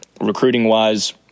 Recruiting-wise